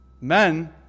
Men